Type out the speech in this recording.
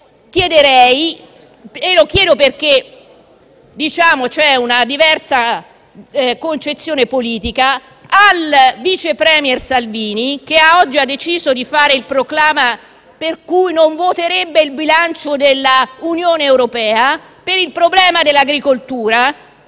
chiederei, e lo chiedo perché c'è una diversa concezione politica, al vice *premier* Salvini, che oggi ha deciso di fare il proclama per cui non voterebbe il bilancio dell'Unione europea per il problema dell'agricoltura: